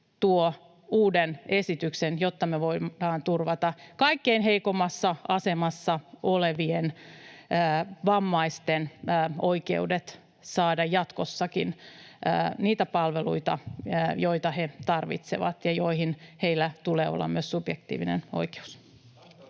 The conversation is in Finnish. tuo uuden esityksen, jotta me voidaan turvata kaikkein heikoimmassa asemassa olevien vammaisten oikeudet saada jatkossakin niitä palveluita, joita he tarvitsevat ja joihin heillä tulee olla myös subjektiivinen oikeus.